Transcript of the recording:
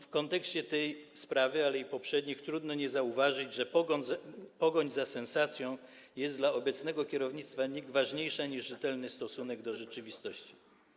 W kontekście tej sprawy oraz spraw poprzednich trudno nie zauważyć, że pogoń za sensacją jest dla obecnego kierownictwa NIK ważniejsza niż rzetelny stosunek do rzeczywistości.